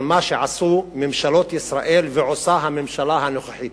על מה שעשו ממשלות ישראל ועושה הממשלה הנוכחית.